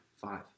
Five